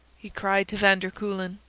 he cried to van der kuylen,